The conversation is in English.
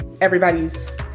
everybody's